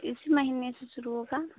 इस महीने से शुरू होगा